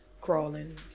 crawling